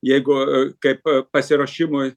jeigu kaip pasiruošimui